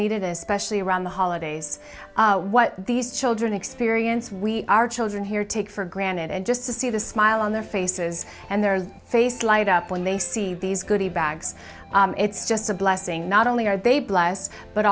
needed especially around the holidays what these children experience we are children here take for granted and just to see the smile on their faces and their faces light up when they see these goody bags it's just a blessing not only are they blessed but